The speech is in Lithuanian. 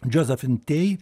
josephine tey